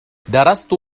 درست